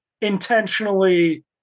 intentionally